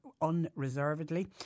unreservedly